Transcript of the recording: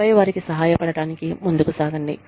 ఆపై వారికి సహాయపడటానికి ముందుకు సాగండి